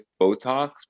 Botox